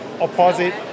opposite